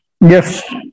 Yes